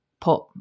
put